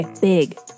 big